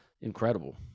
incredible